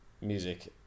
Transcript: music